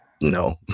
No